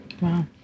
Wow